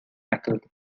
tackle